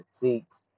seats